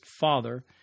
father